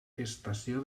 estació